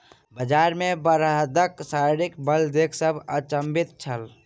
बजार मे बड़दक शारीरिक बल देख सभ अचंभित छल